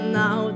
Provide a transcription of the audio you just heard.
now